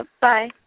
Bye